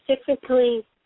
Specifically